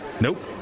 Nope